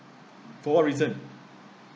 for what reason